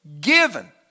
given